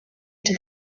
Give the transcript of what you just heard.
into